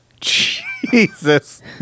Jesus